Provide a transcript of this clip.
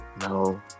No